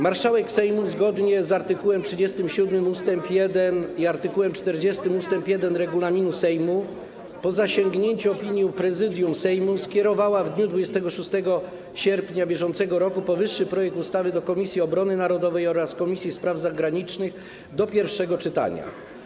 Marszałek Sejmu, zgodnie z art. 37 ust. 1 i art. 40 ust. 1 regulaminu Sejmu, po zasięgnięciu opinii Prezydium Sejmu, skierowała w dniu 26 sierpnia br. powyższy projekt ustawy do Komisji Obrony Narodowej oraz Komisji Spraw Zagranicznych do pierwszego czytania.